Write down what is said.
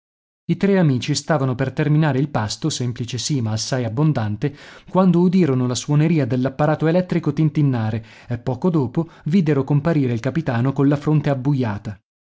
i tre amici stavano per terminare il pasto semplice sì ma assai abbondante quando udirono la suoneria dell'apparato elettrico tintinnare e poco dopo videro comparire il capitano colla fronte abbuiata